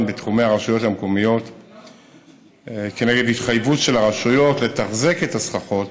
בתחומי הרשויות המקומיות כנגד התחייבות של הרשויות לתחזק את הסככות